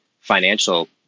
financial